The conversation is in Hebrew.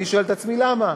אני שואל את עצמי למה.